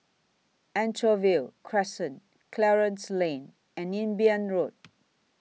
Anchorvale Crescent Clarence Lane and Imbiah Road